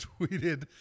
tweeted